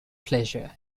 pleasure